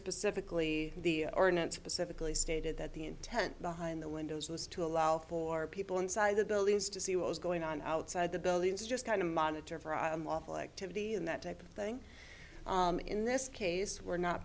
specifically the ordinance specifically stated that the intent behind the windows was to allow for people inside the buildings to see what was going on outside the buildings just kind of monitor for unlawful activity and that type of thing in this case we're not